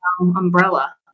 umbrella